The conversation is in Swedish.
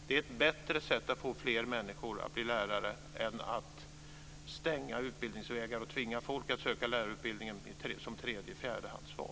Det är ett bättre sätt att få fler människor att bli lärare än att stänga utbildningsvägar och tvinga folk att söka lärarutbildningen som tredje eller fjärdehandsval.